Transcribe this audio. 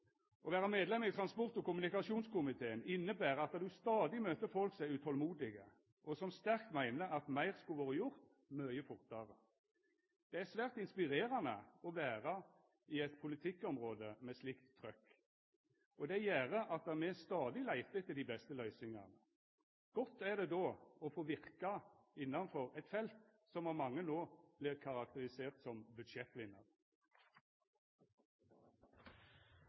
Å vera medlem i transport- og kommunikasjonskomiteen inneber at ein stadig møter folk som er utolmodige, og som sterkt meiner at meir skulle vore gjort mykje fortare. Det er svært inspirerande å vera i eit politikkområde med slikt trykk, og det gjer at me stadig leitar etter dei beste løysingane. Godt er det då å få verka innanfor eit felt som av mange no vert karakterisert som budsjettvinnar.